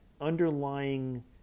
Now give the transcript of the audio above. underlying